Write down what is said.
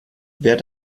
wer